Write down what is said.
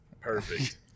Perfect